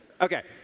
Okay